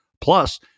plus